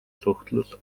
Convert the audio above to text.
suhtlus